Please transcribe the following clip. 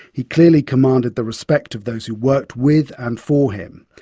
he clearly commanded the respect of those who worked with and for him.